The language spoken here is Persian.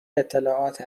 اطلاعات